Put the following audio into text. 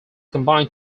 combined